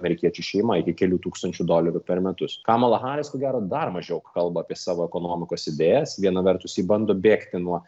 amerikiečių šeima iki kelių tūkstančių dolerių per metus kamala haris ko gero dar mažiau kalba apie savo ekonomikos idėjas viena vertus ji bando bėgti nuo